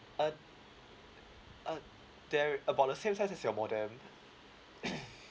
uh uh they're about the same size as your modem